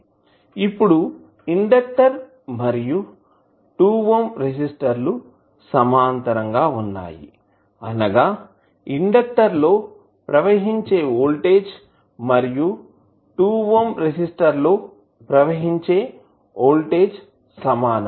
ఇప్పుడు ఇండెక్టర్ మరియు 2 ohm resistor లు సమాంతరంగా వున్నాయి అనగా ఇండెక్టర్ లో ప్రవహించే వోల్టేజ్ మరియు 2 ఓం రెసిస్టర్ లో ప్రవహించే వోల్టేజ్ సమానం